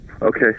Okay